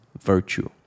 Virtue